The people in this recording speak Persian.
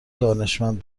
دانشمند